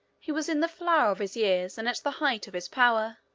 he was in the flower of his years, and at the height of his power.